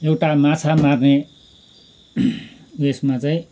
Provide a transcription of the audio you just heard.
एउटा माछा मार्ने उयसमा चाहिँ